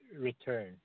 return